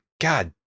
god